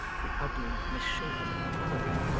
the ugly misshapen quilp!